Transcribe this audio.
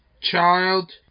child